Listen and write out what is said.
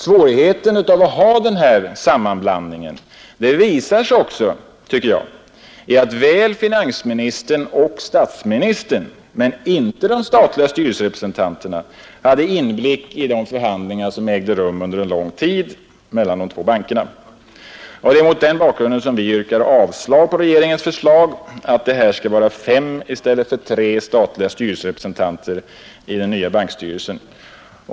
Svårigheten att ha denna sammanblandning visar sig också i att väl finansministern och statsministern men inte de statliga styrelserepresentanterna hade inblick i de förhandlingar som ägde rum under lång tid mellan de två bankerna. Det är mot den bakgrunden som vi yrkar avslag på regeringens förslag att det skall vara fem i stället för tre statliga representanter i den nya bankstyrelsen.